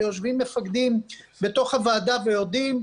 ויושבים מפקדים בתוך הוועדה ויודעים,